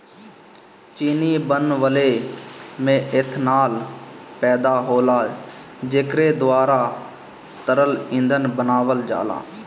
चीनी बनवले में एथनाल पैदा होला जेकरे द्वारा तरल ईंधन बनावल जाला